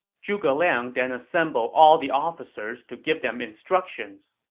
zhuge liang then assembled all the officers to give them instructions.